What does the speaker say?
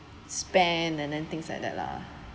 spend and then things like that lah